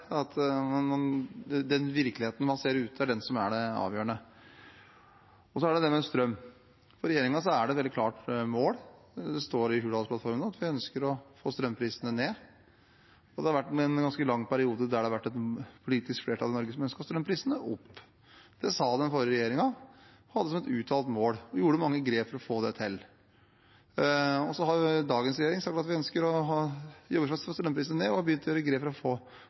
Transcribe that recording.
avgjørende. Så til strøm: For regjeringen er det et veldig klart mål, det står i Hurdalsplattformen, at vi ønsker å få strømprisene ned. I en ganske lang periode har det vært et politisk flertall i Norge som ønsket å få strømprisene opp. Det sa den forrige regjeringen at de hadde som et uttalt mål, og de gjorde mange grep for å få det til. Dagens regjering har sagt at vi ønsker å jobbe for å få strømprisene ned, og vi har begynt å gjøre grep for å få